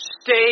Stay